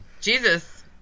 Jesus